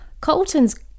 Colton's